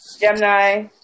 Gemini